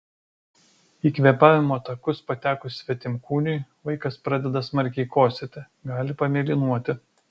į kvėpavimo takus patekus svetimkūniui vaikas pradeda smarkiai kosėti gali pamėlynuoti